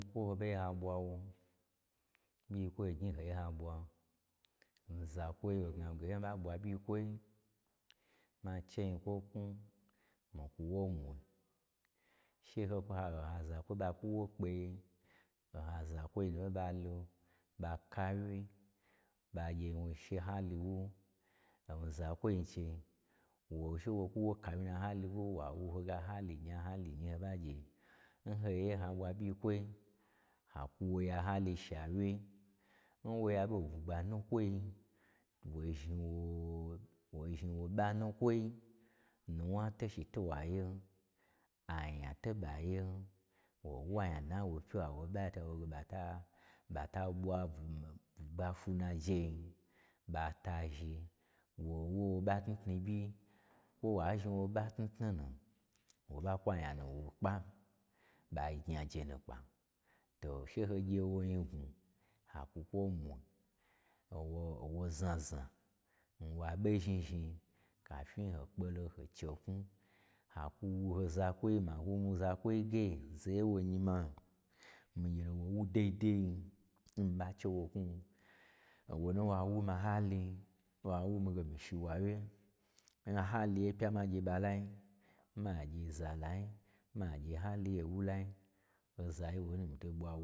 Nyikwo n ho ɓo ye ha ɓwa wo, n nyikwo gnyi ho ye haɓwa, o zakwoi nu gnage n ho ɓa ɓwa ɓyin kwoi, ma che nyikwo knwu, mii kwu wo mwi, she hopma halo oha zakwoi ɓa kwu wo kpeye, o ha zakwoi nu ye ɓalo ɓa ka wye, ba gyewo she hali wu, omii zakwoi n che, owo she wo kwu wu kawye n na hali wu, wa wu ho ge hali nyi, hali nyin ho ɓa gye, n ho ye ha ɓwa ɓyin kwoi, ha kwu wo ya hali shawye, n wo ya ɓon n bwugba nukwoi, wo zhni wo wo zhni wo ɓa nukwoi, nuwna toshi to wa yen, anya to ɓa yen, wo wu anya dna nwo pyiwa nwo ɓai, ta loge ɓata-ɓata ɓwa bwu bwugba fwu n najeyin, ɓa ta zhi, wo wo ɓa tnutnu ɓyi, kwo wa zhni wo ɓa tnutnu nu, wo ɓa kwu anya nu wu kpa. Ɓai gnya jenu kpa, to she ho gye wo nyignwu, ha twu kwo mwui owo-owo znazna, nwa ɓo zhni zhni, kafyi ho kpo lo ho che knwu, ha kwu ho zakwoi ma wu mii zakwoi ge zaye nwonyi ma, mii gye lo wo wu daidai, n mii ɓa chewo knwu, o wo ne nwa wu mii hali wa wumii ge mii shiwawye. N hali ye pyan ha gye ɓa lai, magye za lain, magye hali ye wulai, oza yi wonu mii to ɓwa won.